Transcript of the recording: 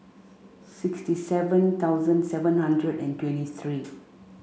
sixty seven thousand seven hundred and twenty three